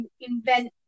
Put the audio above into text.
invent